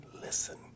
listen